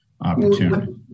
opportunity